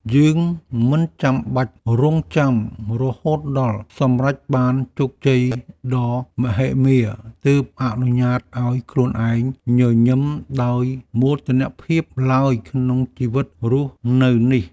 យើងមិនចាំបាច់រង់ចាំរហូតដល់សម្រេចបានជោគជ័យដ៏មហិមាទើបអនុញ្ញាតឱ្យខ្លួនឯងញញឹមដោយមោទនភាពឡើយក្នុងជីវិតរស់នៅនេះ។